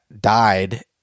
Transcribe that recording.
died